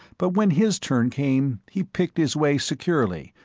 but when his turn came he picked his way securely,